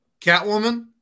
Catwoman